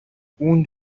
үүнд